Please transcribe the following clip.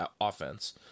offense